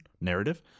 narrative